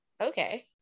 okay